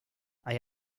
hay